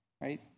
Right